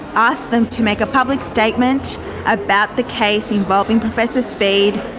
asked them to make a public statement about the case involving professor speed.